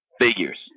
figures